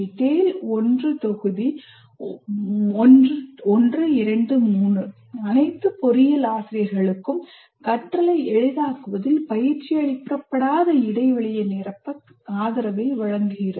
TALE 1 தொகுதி 1 3 அனைத்து பொறியியல் ஆசிரியர்களுக்கும் கற்றலை எளிதாக்குவதில் பயிற்சியளிக்கப்படாத இடைவெளியை நிரப்ப ஆதரவை வழங்குகிறது